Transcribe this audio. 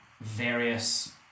various